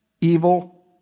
evil